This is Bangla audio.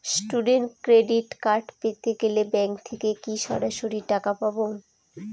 স্টুডেন্ট ক্রেডিট কার্ড পেতে গেলে ব্যাঙ্ক থেকে কি সরাসরি টাকা পাবো?